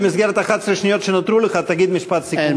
במסגרת 11 השניות שנותרו לך תגיד משפט סיכום.